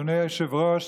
אדוני היושב-ראש,